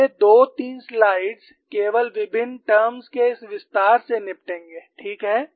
अगले दो तीन स्लाइड्स केवल विभिन्न टर्म्स के इस विस्तार से निपटेंगे ठीक है